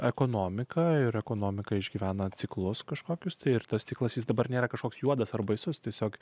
ekonomika ir ekonomika išgyvena ciklus kažkokius tai ir tas ciklas jis dabar nėra kažkoks juodas ar baisus tiesiog